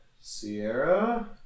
Sierra